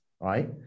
Right